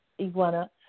iguana